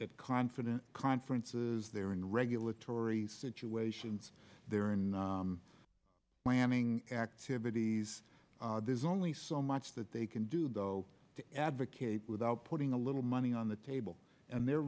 at confidence conferences there in regulatory situations there in miami activities there's only so much that they can do though to advocate without putting a little money on the table and their